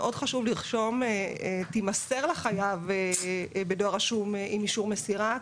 מאוד חשוב לרשום שתימסר לחייב בדואר רשום עם אישור מסירה.